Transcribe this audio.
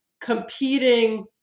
competing